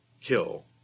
kill